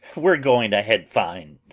we're going ahead fine!